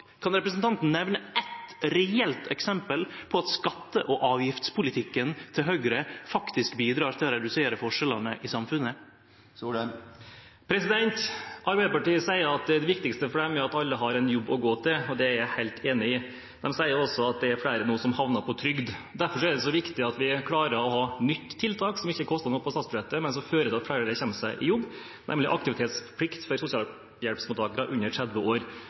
Kan representanten nemne eitt reelt eksempel på at skatte- og avgiftspolitikken til Høgre faktisk bidreg til å redusere forskjellane i samfunnet? Arbeiderpartiet sier at det viktigste for dem er at alle har en jobb å gå til. Det er jeg helt enig i. De sier også at det er flere nå som havner på trygd. Derfor er det så viktig at vi klarer å ha et nytt tiltak som ikke koster noe på statsbudsjettet, men som fører til at flere kommer seg i jobb, nemlig aktivitetsplikt for sosialhjelpsmottakere under 30 år.